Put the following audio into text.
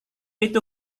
itu